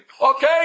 Okay